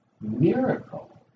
miracle